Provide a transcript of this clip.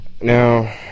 Now